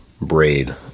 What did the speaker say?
braid